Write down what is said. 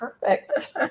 Perfect